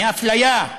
מאפליה,